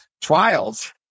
trials